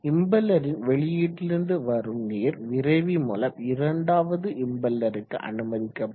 இம்பெல்லரின் வெளியீட்டிலிருந்து வரும் நீர் விரைவி மூலம் இரண்டாவது இம்பெல்லருக்கு அனுமதிக்கப்படும்